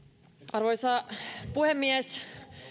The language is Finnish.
arvoisa puhemies